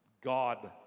God